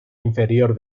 inferior